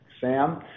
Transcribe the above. Sam